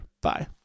Bye